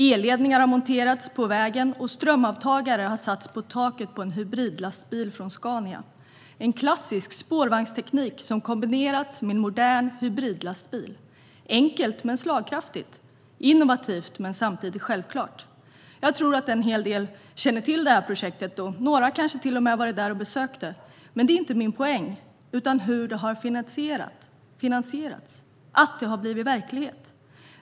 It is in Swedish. Elledningar har monterats på vägen, och strömavtagare har satts på taket på en hybridlastbil från Scania. Det är en klassisk spårvagnsteknik som har kombinerats med en modern hybridlastbil. Det är enkelt men slagkraftigt och innovativt men samtidigt självklart. Jag tror att en hel del känner till detta projekt, och några har kanske till och med varit där på besök. Men det är inte det som är min poäng, utan hur det har finansierats och att det har blivit verklighet.